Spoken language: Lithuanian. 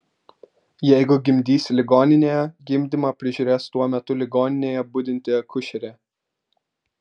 jeigu gimdysi ligoninėje gimdymą prižiūrės tuo metu ligoninėje budinti akušerė